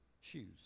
Shoes